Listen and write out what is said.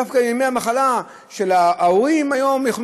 דווקא ימי המחלה של ההורים היום יכולים